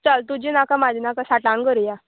चल तुजी नाका म्हाजी नाका साठांक करुया